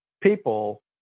people